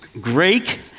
Greek